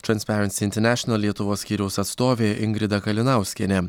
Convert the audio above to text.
transparency international lietuvos skyriaus atstovė ingrida kalinauskienė